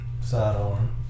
sidearm